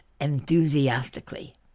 enthusiastically